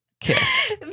kiss